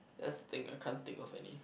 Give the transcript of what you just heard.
that's the thing I can't think of any